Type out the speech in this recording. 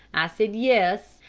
i said yes,